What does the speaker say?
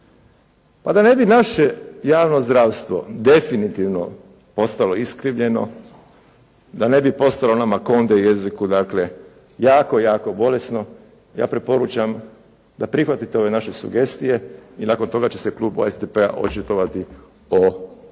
Pa da ne bi naše javno zdravstvo definitivno postalo iskrivljeno, da ne bi postalo na makonde jeziku, dakle jako, jako bolesno ja preporučam da prihvatite ove naše sugestije i nakon toga će se Klub SDP-a očitovati o ovom